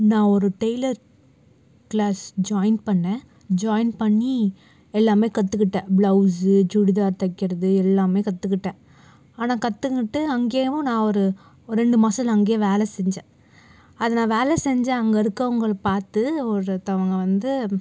நான் ஒரு tailor class join பண்ணே ஜாய்ன் பண்ணி எல்லாம் கற்றுகிட்ட பிளவுஸு சுடிதார் தைக்கிறது எல்லாம் கற்றுகிட்ட ஆனால் கற்றுக்கிட்டு அங்கேயும் நான் ஒரு ரெண்டு மாசத்தில் அங்கே வேலை செஞ்சேன் அதில் வேலை செஞ்சேன் அங்கே இருக்கவங்கள் பார்த்து ஒருத்தவங்க வந்து